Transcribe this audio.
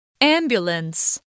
Ambulance